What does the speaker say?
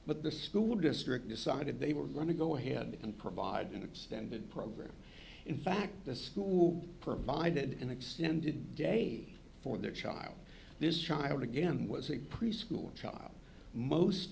but the school district decided they were going to go ahead and provide an extended program in fact the school who provided an extended day for their child this child again was a preschool and child most